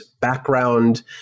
background